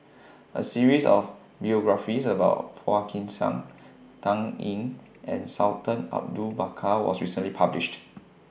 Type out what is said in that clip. A series of biographies about Phua Kin Siang Dan Ying and Sultan Abu Bakar was recently published